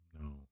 no